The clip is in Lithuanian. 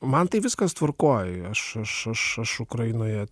man tai viskas tvarkoj aš aš aš aš ukrainoje